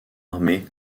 armé